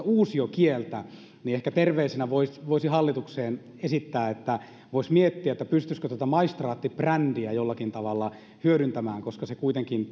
uusiokieltä niin ehkä terveisenä voisi voisi hallitukseen esittää että voisi miettiä pystyisikö tätä maistraattibrändiä jollakin tavalla hyödyntämään koska kuitenkin